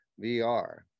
VR